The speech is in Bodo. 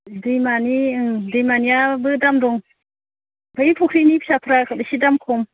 दैमानि ओम दैमानियाबो दाम दं बै फख्रिनि फिसाफ्रा एसे दाम खम